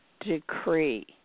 decree